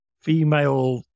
female